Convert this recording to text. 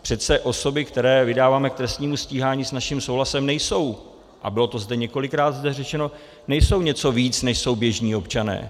Přece osoby, které vydáváme k trestnímu stíhání s naším souhlasem, nejsou, a bylo to zde několikrát řečeno, nejsou něco víc, než jsou běžní občané.